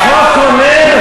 החוק אומר,